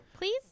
Please